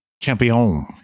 Champion